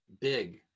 big